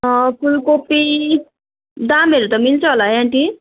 फुलकोपी दामहरू त मिल्छ होला है आन्टी